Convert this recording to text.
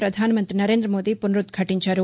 ప్రధాన మంతి నరేంద మోదీ పునరుద్భాటించారు